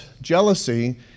jealousy